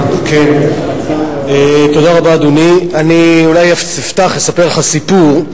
אדוני, תודה רבה, אני אולי אפתח, אספר לך סיפור: